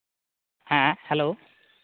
ᱦᱮᱸ ᱦᱮᱞᱳ